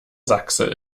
sachse